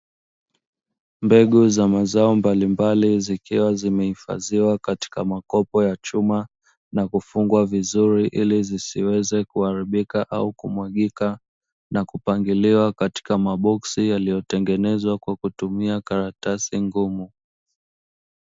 Mbegu za mazao mbalimbali, zikiwa zimehifadhiwa katika makopo ya chuma na kufungwa vizuri ili zisiweze kuharibika au kumwagika, na kupangiliwa katika maboksi yaliyotengenezwa kwa kutumia karatasi ngumu.